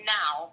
now